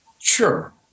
sure